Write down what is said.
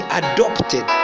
adopted